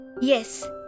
Yes